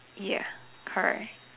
ya correct